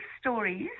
stories